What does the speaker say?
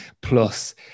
plus